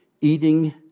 eating